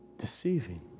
Deceiving